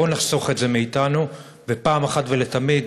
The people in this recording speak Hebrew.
בואו נחסוך את זה מאתנו ופעם אחת ולתמיד